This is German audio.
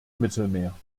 mittelmeer